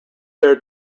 their